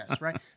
right